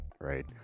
right